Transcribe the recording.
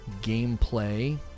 Gameplay